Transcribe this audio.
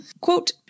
Quote